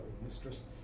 mistress